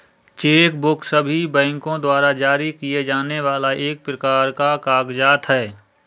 check book सभी बैंको द्वारा जारी किए जाने वाला एक प्रकार का कागज़ात है